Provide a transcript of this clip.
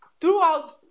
throughout